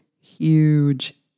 huge